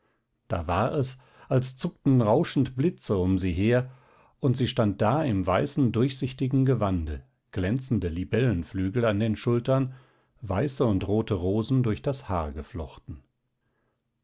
da war es als zuckten rauschend blitze um sie her und sie stand da im weißen durchsichtigen gewande glänzende libellenflügel an den schultern weiße und rote rosen durch das haar geflochten